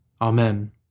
Amen